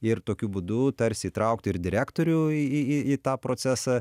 ir tokiu būdu tarsi įtraukti ir direktorių į į į tą procesą